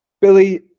billy